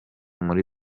muri